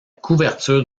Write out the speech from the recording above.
couverture